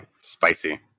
Spicy